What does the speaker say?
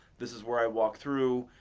this is where i walk through.